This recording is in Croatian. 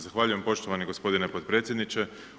Zahvaljujem poštovani gospodine potpredsjedniče.